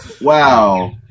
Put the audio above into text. Wow